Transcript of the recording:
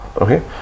okay